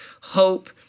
hope